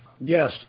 Yes